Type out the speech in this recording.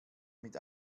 mit